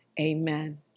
amen